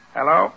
Hello